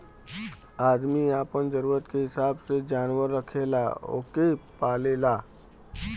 आदमी आपन जरूरत के हिसाब से जानवर रखेला ओके पालेला